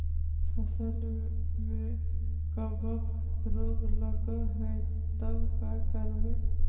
फसल में कबक रोग लगल है तब का करबै